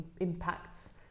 impacts